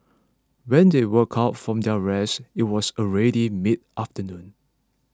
when they woke up from their rest it was already midafternoon